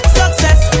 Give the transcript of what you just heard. success